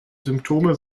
symptome